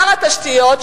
שר התשתיות,